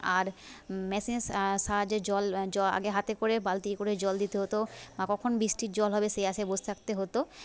আর মেশিনের সাহায্যে জল আগে হাতে করে বালতি করে জল দিতে হতো আর কখন বৃষ্টির জল হবে সেই আসায় বসে থাকতে হতো